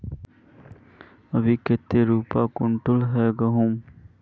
अभी कते रुपया कुंटल है गहुम?